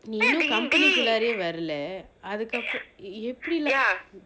நீ இன்னும் company குள்ளாரையே வரல அதுக்கப்பு~ எப்படி:kullaaraye varala athukkappu~ eppadi lah